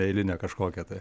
eilinę kažkokią tai